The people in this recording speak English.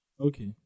okay